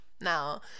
Now